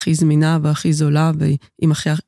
הכי זמינה, והכי זולה, ואמא